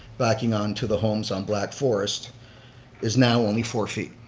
backing onto the homes on black forest is now only four feet.